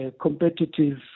competitive